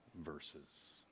verses